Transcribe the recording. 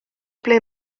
ble